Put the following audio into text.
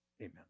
Amen